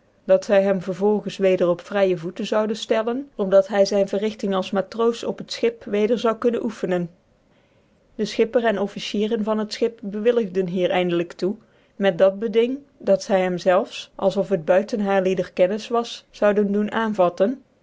dat ty hem vervolgens weder op vryc voeten zouden ftcllcn op dat hy zyn vcrrigting als matroos op het schip weder zou kunnen ocffencn de schipper en officieren van het schip bewilligden hier eindelijk toe met dat beding dat zy hem zelfs als of het buiten haarlicdcr kennis was zonden doen aanvatten